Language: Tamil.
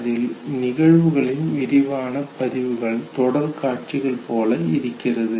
அதில் நிகழ்வுகளின் விரிவான பதிவுகள் தொடர் காட்சிகள் போல இருக்கிறது